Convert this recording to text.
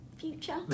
future